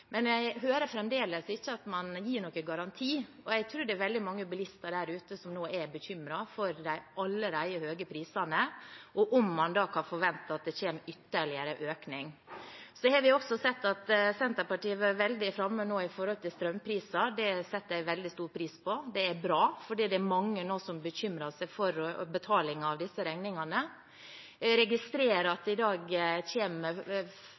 Men jeg hører fremdeles ikke at man gir noen garanti, og jeg tror det er veldig mange bilister der ute som nå er bekymret for de allerede høye prisene, og om man kan forvente at det kommer ytterligere økning. Så har vi også sett at Senterpartiet har vært veldig framme nå når det gjelder strømpriser. Det setter jeg veldig stor pris på, det er bra, for det er mange nå som bekymrer seg for betaling av disse regningene. Jeg registrerer at